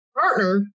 partner